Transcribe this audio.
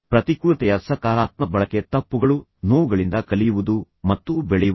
ಪ್ರತಿಕೂಲತೆಯ ಸಕಾರಾತ್ಮಕ ಬಳಕೆಃ ತಪ್ಪುಗಳು ಹಿನ್ನಡೆಗಳು ಮತ್ತು ನೋವುಗಳಿಂದ ಕಲಿಯುವುದು ಮತ್ತು ಬೆಳೆಯುವುದು